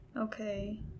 Okay